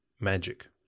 magic